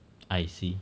I see